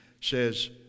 says